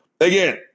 Again